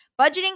Budgeting